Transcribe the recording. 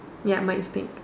ya might stink